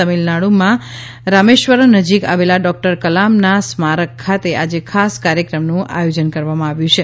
તમિલનાડુમાં રામેશ્વરમ નજીક આવેલા ડોક્ટર કલામના સ્મારક ખાતે આજે ખાસ કાર્યક્રમનું આયોજન કરવામાં આવ્યું છે